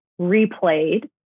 replayed